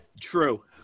True